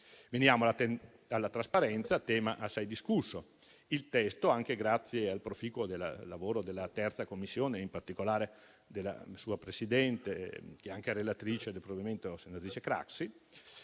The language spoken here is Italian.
Veniamo alla trasparenza, tema assai discusso. Il testo, anche grazie al proficuo lavoro della 3a Commissione, in particolare della sua Presidente, che è anche relatrice del provvedimento, senatrice Craxi,